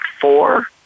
four